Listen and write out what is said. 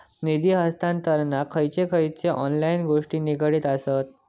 निधी हस्तांतरणाक खयचे खयचे ऑनलाइन गोष्टी निगडीत आसत?